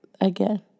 again